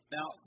Now